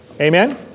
amen